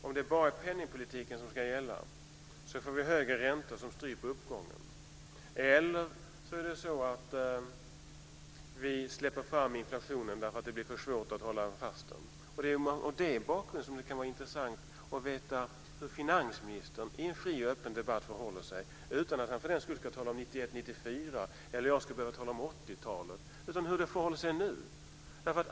Om det bara är penningpolitiken som ska gälla får vi då antingen högre räntor som stryper uppgången, eller så släpper vi fram inflationen därför att det blir för svårt att hålla den nere. Mot den bakgrunden kan det vara intressant att veta hur finansministern i en fri och öppen debatt förhåller sig, utan att han för den skull ska behöva tala om 1991-1994 eller att jag ska behöva tala om 80-talet. Vad det gäller är hur det förhåller sig nu.